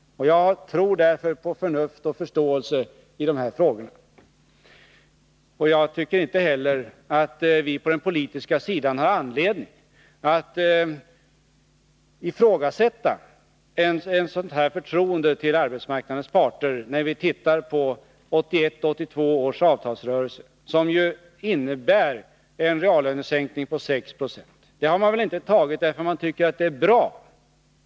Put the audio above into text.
Jag tror därför på förnuft och förståelse i dessa frågor. Jag tycker inte heller att vi på den politiska sidan har anledning att ifrågasätta ett sådant här förtroende till arbetsmarknadens parter, när vi tittar på 1981-1982 års avtalsrörelse, som ju innebär en reallönesänkning på 6 70. Det har man väl inte skrivit under för att man tycker det är bra!